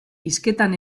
hizketan